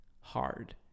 hard